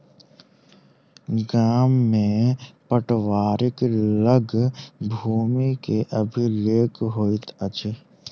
गाम में पटवारीक लग भूमि के अभिलेख होइत अछि